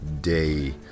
day